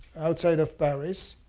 outside of paris.